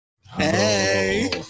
Hey